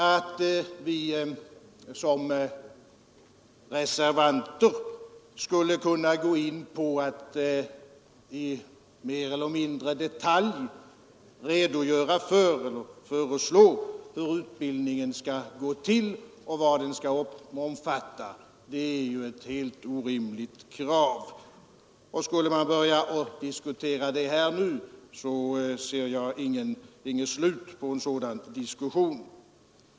Att vi som reservanter skulle kunna mer eller mindre i detalj redogöra för hur utbildningen skall gå till och vad den skall omfatta är ju ett helt orimligt krav. Skulle man börja diskutera det här och nu, skulle jag inte se något slut på en sådan diskussion.